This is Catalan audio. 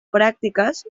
pràctiques